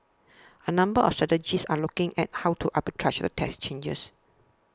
a number of strategists are looking at how to arbitrage the tax changes